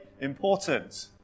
important